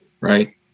right